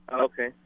Okay